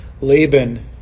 Laban